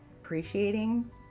appreciating